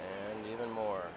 and even more